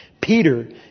Peter